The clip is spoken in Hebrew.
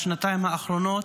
בשנתיים האחרונות.